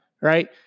right